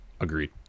Agreed